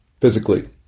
physically